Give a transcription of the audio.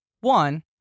One